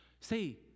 Say